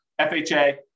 FHA